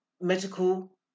medical